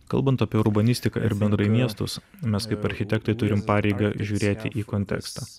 kalbant apie urbanistiką ir bendrai miestus mes kaip architektai turim pareigą žiūrėti į kontekstą